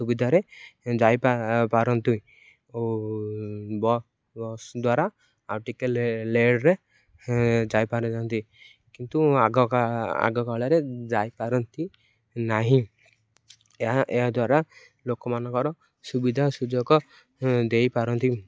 ସୁବିଧାରେ ଯାଇ ପା ପାରନ୍ତୁ ଓ ବସ୍ ଦ୍ୱାରା ଆଉ ଟିକେ ଲେଡଟରେ ଯାଇପାରନ୍ତି କିନ୍ତୁ ଆଗ ଆଗକାଳରେ ଯାଇପାରନ୍ତି ନାହିଁ ଏହା ଏହାଦ୍ୱାରା ଲୋକମାନଙ୍କର ସୁବିଧା ସୁଯୋଗ ଦେଇପାରନ୍ତି